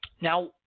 Now